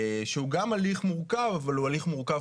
שהוא גם הליך מורכב אבל הוא הליך מורכב